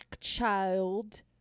child